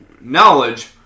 knowledge